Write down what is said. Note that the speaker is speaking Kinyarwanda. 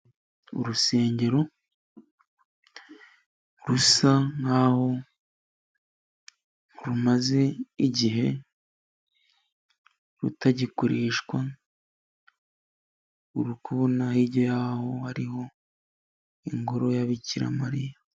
Urusengero rusa nk'aho rumaze igihe rutagikoreshwa, uri kubona hirya yaho hariho ingoro ya Bikira Mariya.